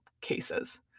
cases